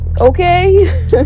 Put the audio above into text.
okay